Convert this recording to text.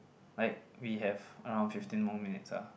like we have around fifteen more minutes ah